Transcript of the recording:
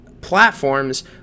platforms